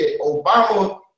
Obama